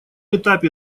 этапе